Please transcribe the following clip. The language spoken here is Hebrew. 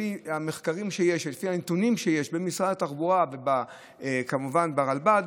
לפי המחקרים והנתונים שיש במשרד התחבורה וכמובן ברלב"ד,